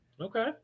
okay